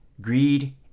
Greed